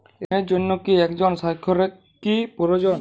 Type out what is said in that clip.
ঋণের জন্য কি একজন স্বাক্ষরকারী প্রয়োজন?